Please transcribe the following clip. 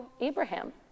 Abraham